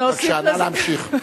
בבקשה, נא להמשיך.